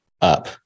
up